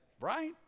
Right